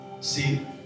See